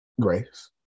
Grace